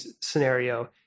scenario